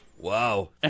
Wow